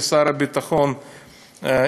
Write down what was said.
כשר הביטחון,